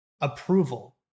approval